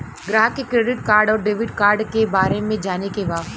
ग्राहक के credit card और डेविड कार्ड के बारे में जाने के बा?